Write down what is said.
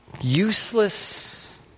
useless